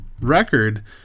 record